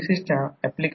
तर ते 4500 15 दिले आहे